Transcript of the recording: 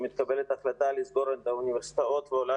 מתקבלת החלטה לסגור את האוניברסיטאות ועולה